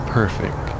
perfect